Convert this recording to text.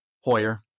Hoyer